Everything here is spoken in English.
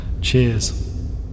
Cheers